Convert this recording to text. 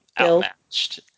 outmatched